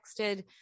texted